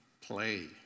play